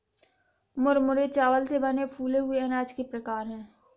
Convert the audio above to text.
मुरमुरे चावल से बने फूले हुए अनाज के प्रकार है